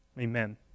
Amen